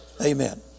Amen